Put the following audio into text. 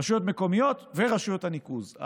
רשויות מקומיות ורשויות הניקוז.